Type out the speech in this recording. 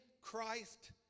Christ